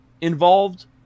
involved